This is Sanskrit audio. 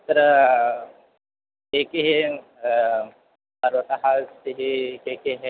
तत्र के के पर्वतः अस्ति के के